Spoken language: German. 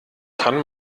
kann